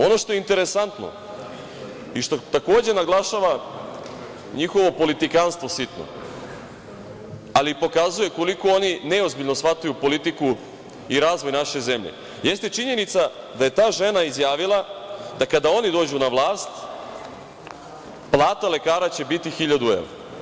Ono što je interesantno i što takođe naglašava njihovo politikanstvo sitno, ali pokazuje koliko oni neozbiljno shvataju politiku i razvoj naše zemlje jeste činjenica da je ta žena izjavila da kada oni dođu na vlast plata lekara će biti 1000 evra.